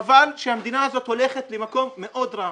חבל שהמדינה הזאת הולכת למקום מאוד רע.